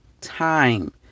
time